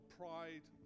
pride